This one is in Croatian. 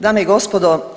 Dame i gospodo.